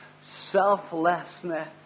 selflessness